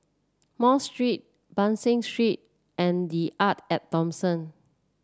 Mosque Street Ban San Street and The Arte At Thomson